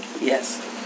Yes